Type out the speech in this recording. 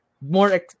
more